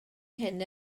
hyn